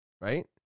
Right